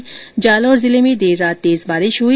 वहीं जालोर जिले में देर रात तेज बारिश हुई